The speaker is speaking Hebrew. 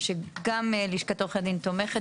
גם לשכת עורכי בדין תומכת